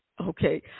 Okay